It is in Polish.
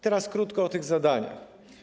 Teraz krótko o tych zadaniach.